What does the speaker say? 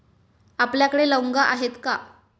आपल्याकडे लवंगा आहेत का?